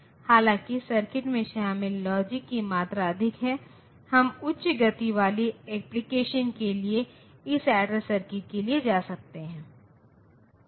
हालांकि सर्किट में शामिल लॉजिक की मात्रा अधिक है हम उच्च गति वाले एप्लीकेशन के लिए इस ऐडर सर्किट के लिए जा सकते हैं